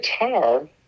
guitar